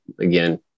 Again